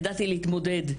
ידעתי להתמודד.